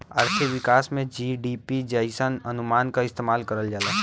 आर्थिक विकास में जी.डी.पी जइसन अनुमान क इस्तेमाल करल जाला